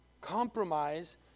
Compromise